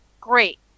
great